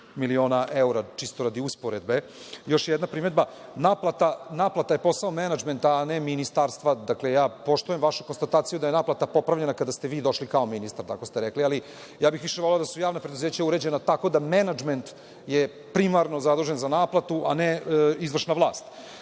miliona evra, čisto radi usporedbe. Još jedna primedba, naplata je posao menadžmenta, a ne ministarstava. Dakle, ja poštujem vašu konstataciju da je naplata popravljena kada ste vi došli kao ministar, tako ste rekli. Više bih voleo da su javna preduzeća uređena tako da menadžment je primarno zadužen za naplatu, a ne izvršna vlast,